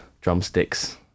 drumsticks